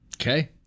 Okay